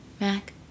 Mac